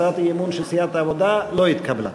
הצעת האי-אמון של סיעת העבודה לא התקבלה.